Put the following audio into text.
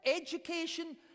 education